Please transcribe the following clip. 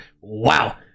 Wow